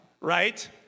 right